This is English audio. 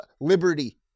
Liberty